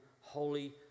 holy